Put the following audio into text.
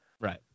Right